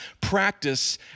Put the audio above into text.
practice